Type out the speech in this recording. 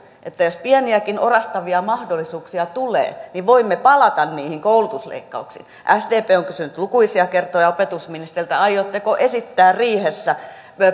että jos pieniäkin orastavia mahdollisuuksia tulee voimme palata niihin koulutusleikkauksiin sdp on kysynyt lukuisia kertoja opetusministeriltä aiotteko esittää riihessä